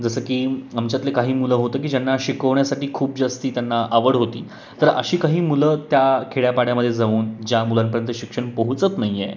जसं की आमच्यातले काही मुलं होतं की ज्यांना शिकवण्यासाठी खूप जास्त त्यांना आवड होती तर अशी काही मुलं त्या खेड्यापाड्यामध्ये जाऊन ज्या मुलांपर्यंत शिक्षण पोहोचत नाही आहे